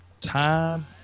time